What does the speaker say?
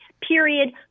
period